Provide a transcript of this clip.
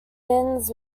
inns